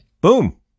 Boom